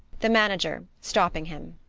the manager stopping him.